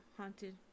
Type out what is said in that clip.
haunted